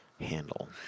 handle